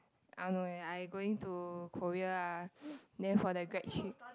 I don't know eh I going to Korea ah then for that grad trip